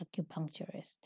acupuncturist